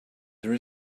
there